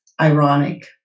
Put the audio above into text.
ironic